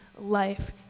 life